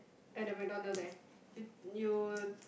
at the McDonald's there you you